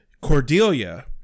Cordelia